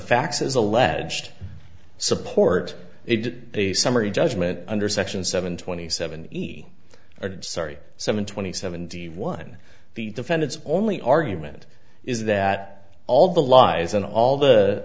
as alleged support it a summary judgment under section seven twenty seventy are sorry seven twenty seventy one the defendants only argument is that all the lies and all the